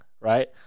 right